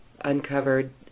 uncovered